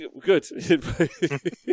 Good